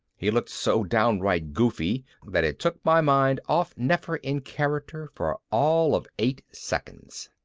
he looked so downright goofy that it took my mind off nefer-in-character for all of eight seconds.